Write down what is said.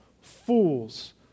fools